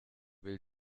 will